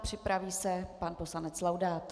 Připraví se pan poslanec Laudát.